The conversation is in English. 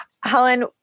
Helen